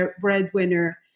breadwinner